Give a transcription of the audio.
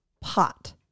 pot